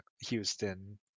Houston